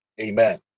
Amen